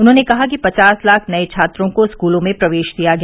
उन्होंने कहा कि पचास लाख नए छात्रों को स्कूलों में प्रवेश दिया गया